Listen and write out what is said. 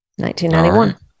1991